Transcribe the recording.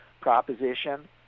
proposition